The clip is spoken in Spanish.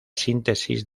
síntesis